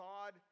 God